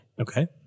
Okay